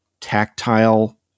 tactile